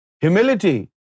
humility